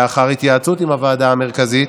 לאחר התייעצות עם הוועדה המרכזית,